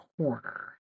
corner